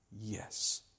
yes